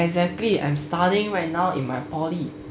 exactly I'm studying right now in my poly